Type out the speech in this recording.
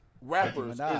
rappers